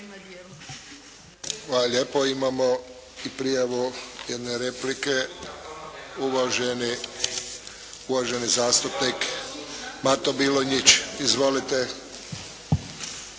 lijepo. Imamo i prijavu jedne replike, uvaženi zastupnik Mato Bilonjić. Izvolite.